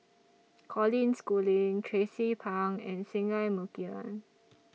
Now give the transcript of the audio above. Colin Schooling Tracie Pang and Singai Mukilan